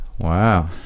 Wow